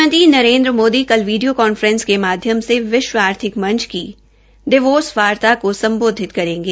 प्रधानमंत्री नरेन्द्र मोदी कल video conference के माध्यम से विश्व आर्थिक मंच की देवोस वार्ता को सम्बोधित करेंगे